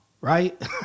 right